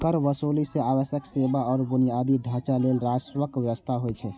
कर वसूली सं आवश्यक सेवा आ बुनियादी ढांचा लेल राजस्वक व्यवस्था होइ छै